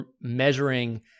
measuring